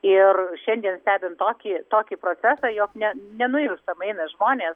ir šiandien stebint tokį tokį procesą jog ne nenuilstamai eina žmonės